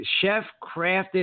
chef-crafted